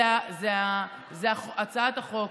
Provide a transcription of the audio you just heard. זו הצעת החוק.